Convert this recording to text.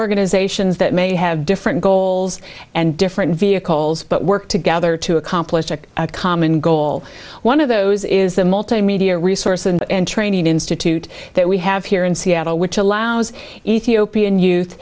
organizations that may have different goals and different vehicles but work together to accomplish a common goal one of those is the multimedia resource and training institute that we have here in seattle which allows ethiopian